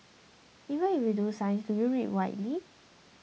even if you do science do you read widely